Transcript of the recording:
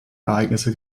ereignisse